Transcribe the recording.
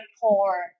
poor